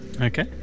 Okay